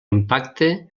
impacte